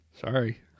Sorry